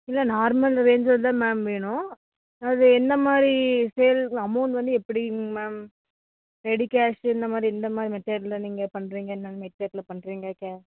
இல்லை நார்மல் ரேஞ்சில்தான் மேம் வேணும் அது என்ன மாதிரி சேல் அமௌண்ட் வந்து எப்படிங்க மேம் ரெடி கேஷ் இந்த மாதிரி எந்த மாதிரி மெத்தேடில் நீங்கள் பண்றீங்க என்ன மெத்தேடில் பண்றீங்க கே